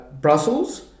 brussels